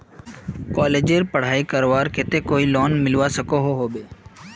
कॉलेजेर पढ़ाई करवार केते कोई लोन मिलवा सकोहो होबे?